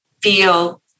feel